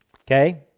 okay